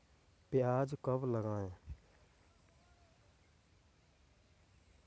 प्याज कब लगाएँ?